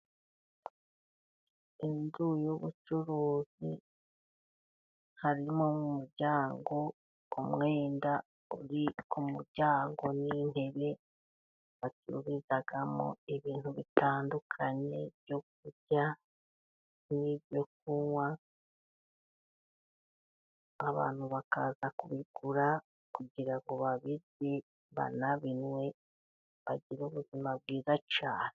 Inzu y'ubucuruzi, harimo umuryango umwenda uri ku muryango n'intebe bacururizamo ibintu bitandukanye byo kurya n'ibyo kunywa, abantu bakaza kubigura, kugira ngo babirye banabinwe bagire ubuzima bwiza cyane.